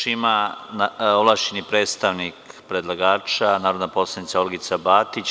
Reč ima ovlašćeni predstavnik predlagača, narodna poslanica Olgica Batić.